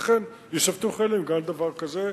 לכן יישפטו חיילים בגלל דבר כזה.